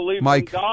Mike